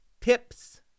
tips